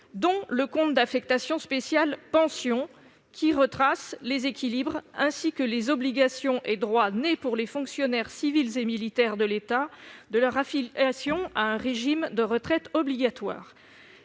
dont le compte d'affectation spéciale « Pensions » retrace les équilibres, ainsi que des obligations et droits qu'entraîne pour les fonctionnaires civils et militaires de l'État leur affiliation à un régime de retraite obligatoire.